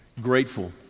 grateful